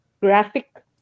graphic